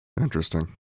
Interesting